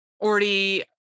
already